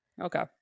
Okay